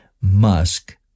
Musk